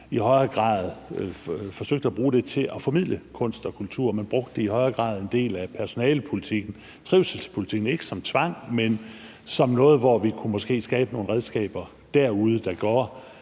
i højere grad forsøgte at bruge det til at formidle kunst og kultur, og i højere grad brugte en del af personalepolitikken, trivselspolitikken til noget, hvor vi – ikke ved tvang – måske kunne skabe nogle redskaber derude, der gjorde,